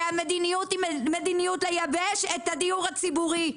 והמדיניות היא מדיניות לייבש את הדיור הציבורי.